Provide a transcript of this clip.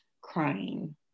crying